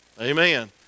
Amen